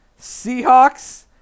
Seahawks